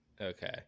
Okay